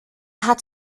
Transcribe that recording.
hat